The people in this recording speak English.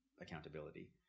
accountability